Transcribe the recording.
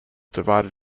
divided